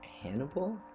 Hannibal